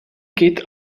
geht